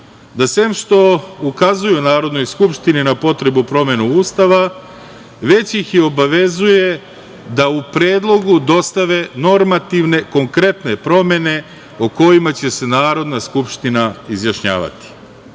da sem što ukazuju Narodnoj skupštini na potrebu promenu Ustava, već ih i obavezuje da u predlogu dostave normativne, konkretne promene o kojima će se Narodna skupština izjašnjavati. Tako